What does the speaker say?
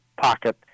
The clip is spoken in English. pocket